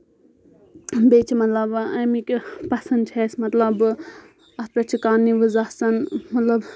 بیٚیہِ چھِ مطلب اَمِک پَسنٛد چھِ اَسہِ مطلب اَتھ پؠٹھ چھِ کانہہِ نِوٕز آسَان مطلب